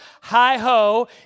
hi-ho